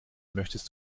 möchtest